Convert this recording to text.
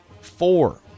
four